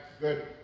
good